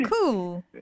cool